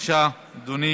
אתם עומדים